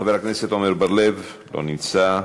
חבר הכנסת עמר בר-לב, לא נמצא.